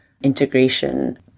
integration